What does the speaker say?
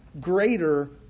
greater